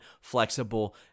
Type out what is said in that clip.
flexible